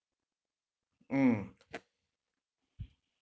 mm